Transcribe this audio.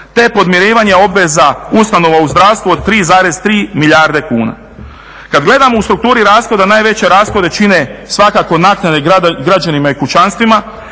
te podmirivanje obveza ustanova u zdravstvu od 3,3 milijarde kuna. Kad gledamo u strukturi rashoda najveće rashode čine svakako naknade građanima i kućanstvima